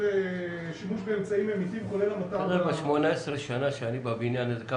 18 שנה שאני בבניין הזה,